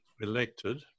elected